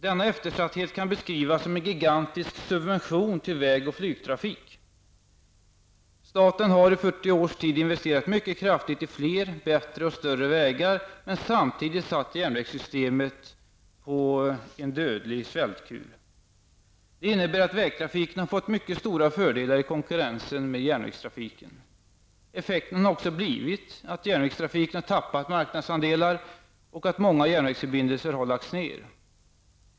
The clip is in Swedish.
Denna eftersatthet kan beskrivas som en gigantisk subvention till väg och flygtrafik. Staten har i 40 års tid investerat mycket kraftigt i fler, bättre och större vägar men samtidigt satt järnvägssystemet på en dödlig svältkur. Det innebär att vägtrafiken har fått mycket stora fördelar i konkurrensen med järnvägstrafiken. Effekten har också blivit att järnvägstrafiken har tappat marknadsandelar och att många järnvägsförbindelser har lagts ner.